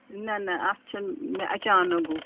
نہ نہ اَتھ چھُنہٕ مےٚ اَچانک گوٚو